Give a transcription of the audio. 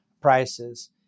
prices